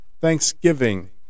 thanksgiving